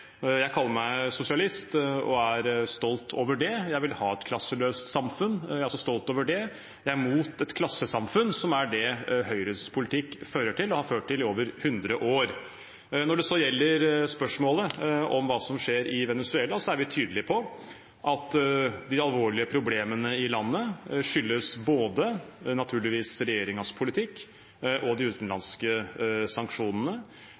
Jeg kaller meg sosialist og er stolt over det. Jeg vil ha et klasseløst samfunn og er stolt over det også. Jeg er imot et klassesamfunn, som er det Høyres politikk fører til og har ført til i over 100 år. Når det gjelder spørsmålet om hva som skjer i Venezuela, er vi tydelige på at de alvorlige problemene i landet skyldes både regjeringens politikk – naturligvis – og de utenlandske sanksjonene.